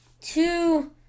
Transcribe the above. Two